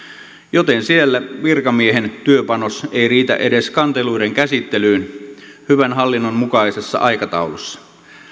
joten siellä virkamiehen työpanos ei riitä edes kanteluiden käsittelyyn hyvän hallinnon mukaisessa aikataulussa